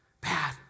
bad